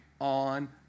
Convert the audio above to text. on